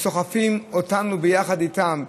הם סוחפים אותנו ביחד איתם.